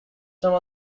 some